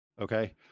Okay